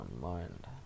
mind